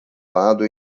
lado